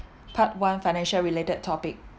part one financial related topic